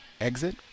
exit